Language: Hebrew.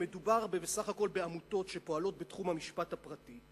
מדובר בסך הכול בעמותות שפועלות בתחום המשפט הפרטי,